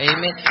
Amen